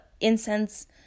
incense